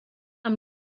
amb